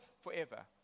forever